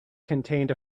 contained